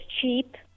cheap